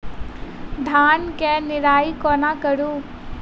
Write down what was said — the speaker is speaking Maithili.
धान केँ निराई कोना करु?